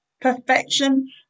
Perfection